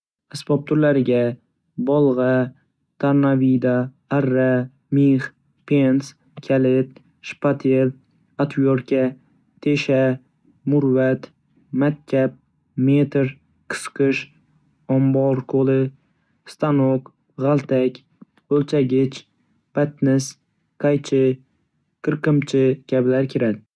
Asbob turlariga: Bolg‘a, tornavida, arra, mix, pens, kalit, shpatel, otvertka, tesha, murvat, matkap, meter, qisqish, ombor qo‘li, stanok, g‘altak, o‘lchagich, patnis, qaychi, qirqimchi kabilar kiradi.